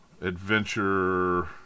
adventure